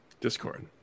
discord